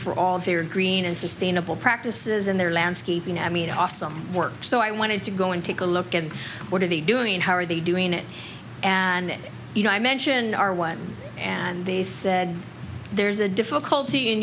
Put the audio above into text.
for all their green and sustainable practices in their landscaping i mean awesome work so i wanted to go and take a look and what are they doing and how are they doing it and you know i mentioned our one and they said there's a difficulty in